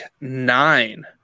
nine